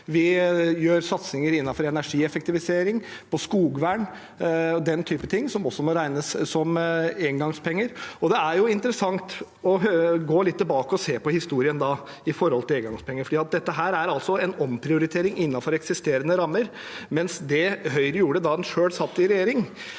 Vi gjør satsinger innenfor energieffektivisering og skogvern, den typen ting, som også må regnes som engangspenger. Det er interessant da å gå litt tilbake og se på historien når det gjelder engangspenger. Dette er altså en omprioritering innenfor eksisterende rammer, mens det Høyre gjorde da de selv satt i regjering,